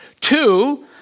Two